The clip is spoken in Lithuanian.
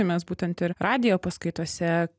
mes būtent ir radijo paskaitose